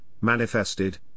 manifested